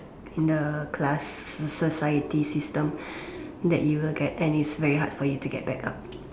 in a class so society system that you will get and it's very hard for you to get back up